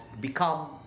become